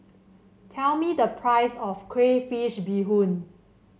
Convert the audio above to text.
tell me the price of Crayfish Beehoon